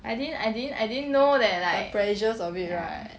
the pressures of it right